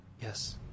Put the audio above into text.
Yes